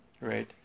right